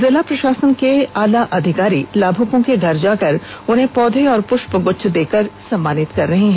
जिला प्रषासन के आलाधिकारी लाभुकों के घर जाकर उन्हें पौधे और पृष्प गुच्छ देकर सम्मानित कर रहे हैं